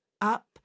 Up